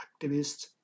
activists